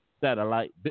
satellite